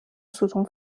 ستون